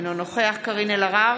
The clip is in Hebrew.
אינו נוכח קארין אלהרר,